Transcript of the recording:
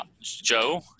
Joe